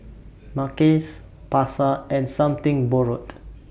Mackays Pasar and Something Borrowed